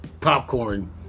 popcorn